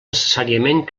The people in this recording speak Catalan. necessàriament